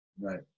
Right